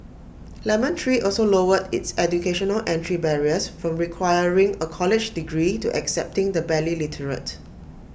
lemon tree also lowered its educational entry barriers from requiring A college degree to accepting the barely literate